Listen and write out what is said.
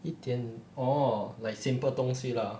一点 orh like simple 东西 lah